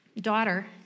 daughter